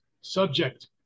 subject